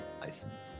license